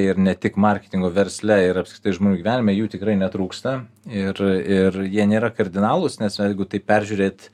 ir ne tik marketingo versle ir apskritai žmonių gyvenime jų tikrai netrūksta ir ir jie nėra kardinalūs nes jeigu tai peržiūrėt